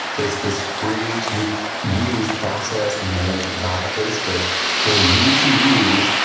it's this free to use process made by facebook for you to use,